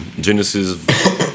Genesis